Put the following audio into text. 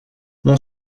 mon